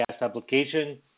application